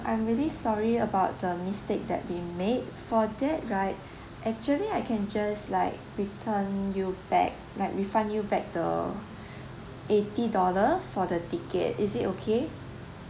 I'm really sorry about the mistake that we make for that right actually I can just like return you back like refund you back the eighty dollar for the ticket is it okay